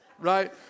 right